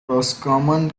roscommon